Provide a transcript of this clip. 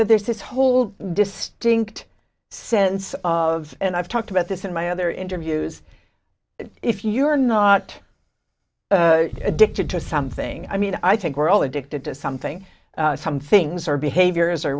know there's this whole distinct sense of and i've talked about this in my other interviews that if you're not addicted to something i mean i think we're all addicted to something some things are behaviors or